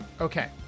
Okay